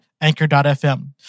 anchor.fm